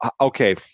Okay